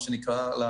מה שנקרא,